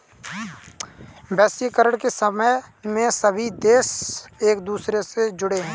वैश्वीकरण के समय में सभी देश एक दूसरे से जुड़े है